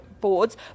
boards